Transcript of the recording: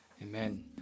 Amen